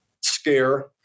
scare